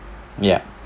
ya